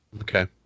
Okay